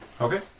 Okay